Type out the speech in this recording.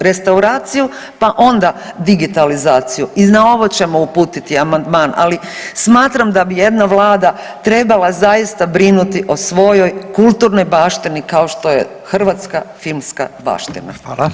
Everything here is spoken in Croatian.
Restauraciju pa onda digitalizaciju i na ovo ćemo uputiti amandman ali smatram da bi jedna Vlada trebala zaista brinuti o svojoj kulturnoj baštini kao što je hrvatska filmska baština.